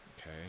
okay